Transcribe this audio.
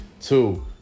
two